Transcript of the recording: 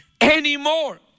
anymore